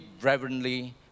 reverently